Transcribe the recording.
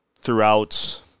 throughout